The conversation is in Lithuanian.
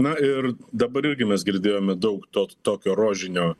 na ir dabar irgi mes girdėjome daug to tokio rožinio